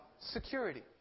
security